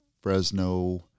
Fresno